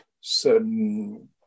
certain